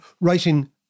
writing